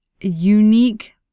unique